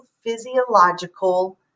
physiological